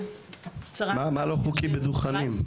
מה לא חוקי בדוכנים?